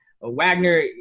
Wagner